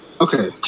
Okay